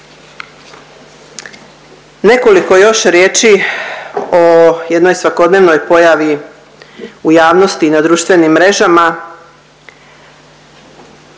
Nekoliko još riječi o jednoj svakodnevnoj pojavi u javnosti na društvenim mrežama